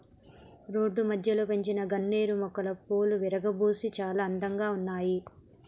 road మధ్యలో పెంచిన గన్నేరు మొక్కలు విరగబూసి చాలా అందంగా ఉన్నాయి